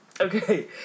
Okay